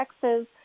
Texas